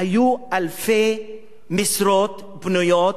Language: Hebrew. היו אלפי משרות פנויות,